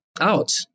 out